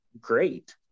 great